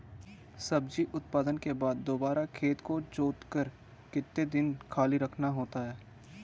सब्जी उत्पादन के बाद दोबारा खेत को जोतकर कितने दिन खाली रखना होता है?